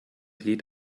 glied